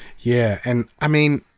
yeah, and i mean,